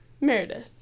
Meredith